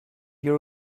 you